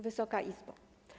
Wysoka Izbo!